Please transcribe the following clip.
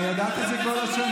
אני ידעתי את זה כל השנים.